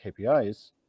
KPIs